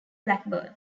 blackburn